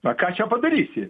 na ką čia padarysi